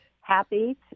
happy